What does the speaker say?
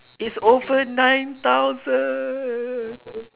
its over nine thousand